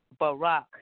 Barack